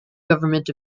government